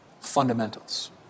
fundamentals